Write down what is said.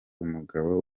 umugabo